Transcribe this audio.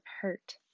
hurt